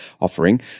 offering